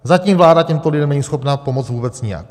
Zatím vláda těmto lidem není schopna pomoci vůbec nijak.